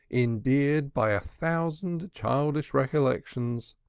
endeared by a thousand childish recollections,